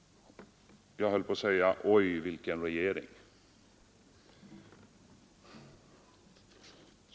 Jag höll på att säga: Oj, vilken regering!